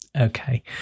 Okay